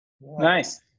Nice